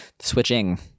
Switching